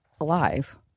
alive